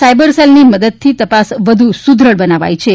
cyber સેલની મદદથી તપાસ વધુ સુદઢ બનાવાઈ છે